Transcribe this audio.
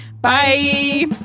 bye